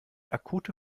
akute